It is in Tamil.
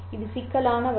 இது சிக்கலான வழி